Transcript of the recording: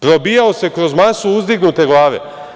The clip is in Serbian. Probijao se kroz masu uzdignute glave.